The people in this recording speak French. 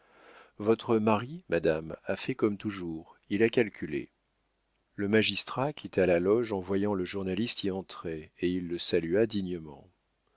votre mari madame a fait comme toujours il a calculé le magistrat quitta la loge en voyant le journaliste y entrer et il le salua dignement